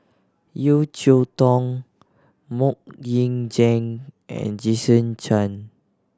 Yeo Cheow Tong Mok Ying Jang and Jason Chan